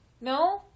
No